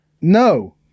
No